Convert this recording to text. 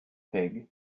pig